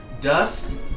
Dust